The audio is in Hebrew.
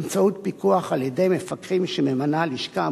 באמצעות פיקוח על-ידי מפקחים שממנה הלשכה,